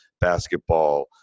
basketball